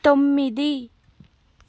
తొమ్మిది